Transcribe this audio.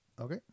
Okay